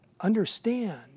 understand